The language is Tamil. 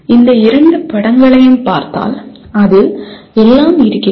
இந்த இரண்டு படங்களையும் பார்த்தால் அதில் எல்லாம் இருக்கிறது